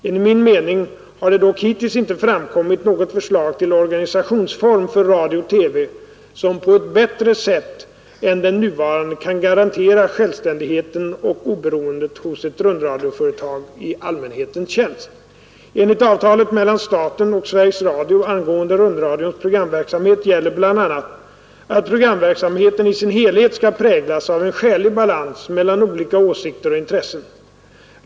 Enligt min mening har det dock hittills inte framkommit något förslag till organisationsform för radio och TV som på ett bättre sätt än den nuvarande kan garantera självständigheten och oberoendet hos ett rundradioföretag i allmänhetens tjänst. Enligt avtalet mellan staten och Sveriges Radio angående rundradions programverksamhet gäller bl.a. att programverksamheten i sin helhet skall präglas av en skälig balans mellan olika åsikter och intressen.